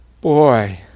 Boy